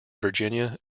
virginia